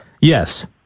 Yes